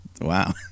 wow